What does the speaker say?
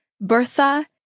Bertha